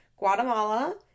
Guatemala